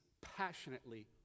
passionately